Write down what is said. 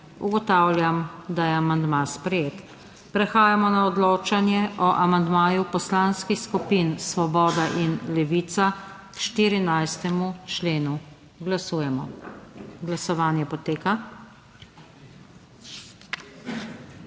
Ugotavljam, da je amandma sprejet. Prehajamo na odločanje o amandmaju Poslanskih skupin Svoboda in Levica k 52. členu. Glasujemo. Glasovanje poteka.